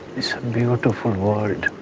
beautiful word.